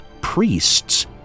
priests